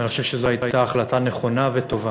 ואני חושב שזו הייתה החלטה נכונה וטובה.